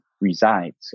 resides